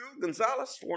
Gonzalez